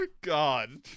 God